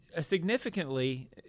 Significantly